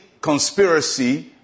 conspiracy